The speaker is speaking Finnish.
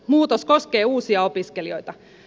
muutos koskee uusia opiskelijoita